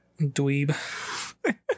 dweeb